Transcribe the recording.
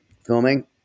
filming